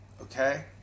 Okay